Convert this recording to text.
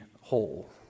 whole